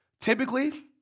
Typically